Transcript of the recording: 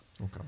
Okay